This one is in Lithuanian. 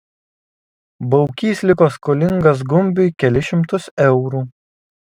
baukys liko skolingas gumbiui kelis šimtus eurų